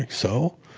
so?